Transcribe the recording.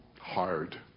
hard